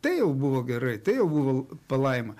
tai jau buvo gerai tai jau buvo palaima